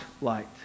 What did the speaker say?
light